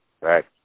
right